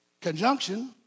conjunction